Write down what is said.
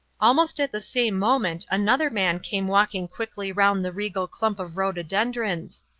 almost at the same moment another man came walking quickly round the regal clump of rhododendrons.